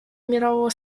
мирового